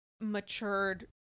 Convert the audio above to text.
matured